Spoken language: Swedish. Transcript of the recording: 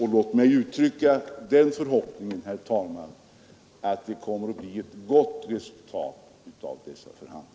Låt mig uttrycka den förhoppningen, herr talman, att det kommer att bli ett tillfredsställande resultat av dessa förhandlingar.